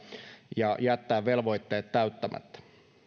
ja jättää velvoitteet täyttämättä